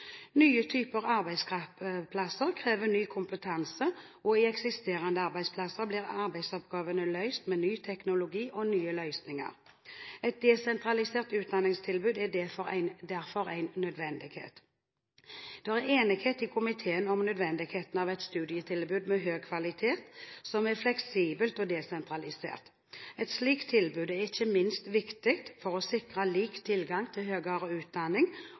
Nye typer arbeidsplasser krever ny kompetanse, og i eksisterende arbeidsplasser blir arbeidsoppgavene løst med ny teknologi og nye løsninger. Et desentralisert utdanningstilbud er derfor en nødvendighet. Det er enighet i komiteen om nødvendigheten av et studietilbud med høy kvalitet som er fleksibelt og desentralisert. Et slikt tilbud er ikke minst viktig for å sikre lik tilgang til høyere utdanning